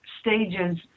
stages